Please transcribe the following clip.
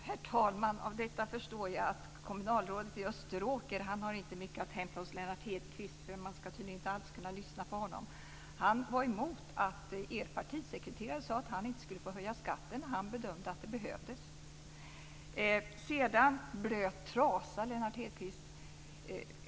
Herr talman! Av detta förstår jag att kommunalrådet i Österåker inte har mycket att hämta hos Lennart Hedquist. Man ska tydligen inte alls kunna lyssna på honom. Han var emot att er partisekreterare sade att han inte skulle få höja skatten när han bedömt att det behövdes. Blöt trasa säger Lennart Hedquist.